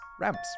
ramps